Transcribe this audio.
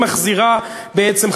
והיא מחזירה בעצם,